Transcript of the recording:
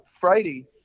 Friday